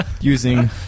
using